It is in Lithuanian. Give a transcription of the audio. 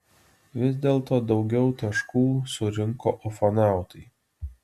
vis dėlto daugiau taškų surinko ufonautai